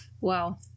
Wow